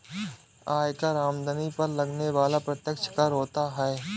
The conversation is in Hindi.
आयकर आमदनी पर लगने वाला प्रत्यक्ष कर होता है